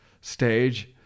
stage